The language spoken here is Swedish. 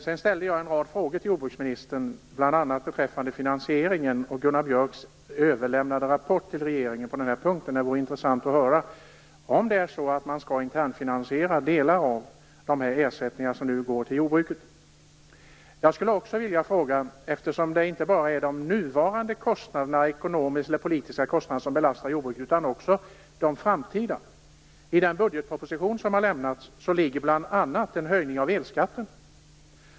Jag ställde en rad frågor till jordbruksministern, bl.a. beträffande finansieringen och Gunnar Björks till regeringen överlämnade rapport på den här punkten. Det vore intressant att höra om det är så att man skall internfinansiera delar av de ersättningar som nu går till jordbruket. Jag skulle också vilja ställa en annan fråga, eftersom det inte är bara de nuvarande ekonomiska eller politiska kostnaderna som belastar jordbruket, utan också de framtida. I den budgetproposition som har avlämnats ligger bl.a. en höjning av elskatten.